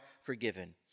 forgiven